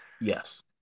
yes